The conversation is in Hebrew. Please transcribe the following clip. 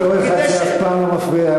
בתור אחד שאף פעם לא מפריע,